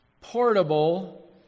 portable